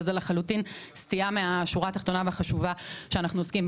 אבל זה לחלוטין סטייה מהשורה התחתונה והחשובה שאנחנו עוסקים בה.